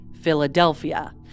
Philadelphia